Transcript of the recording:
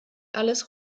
alles